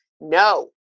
no